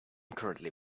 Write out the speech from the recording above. currently